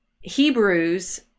Hebrews